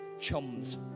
chums